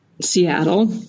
Seattle